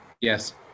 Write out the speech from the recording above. Yes